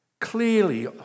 Clearly